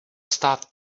stát